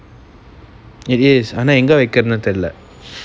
it is ஆனா எங்க வைக்கிறன்னு தெரியல:aana enga vaikkiranu theriyala